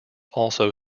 also